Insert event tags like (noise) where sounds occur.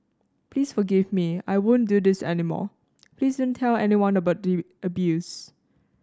please forgive me I won't do this any more please don't tell anyone about the (unintelligible) abuse